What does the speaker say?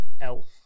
elf